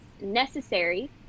necessary